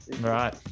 Right